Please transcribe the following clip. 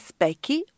specky